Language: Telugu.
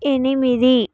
ఎనిమిది